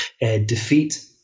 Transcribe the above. Defeat